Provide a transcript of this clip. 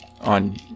on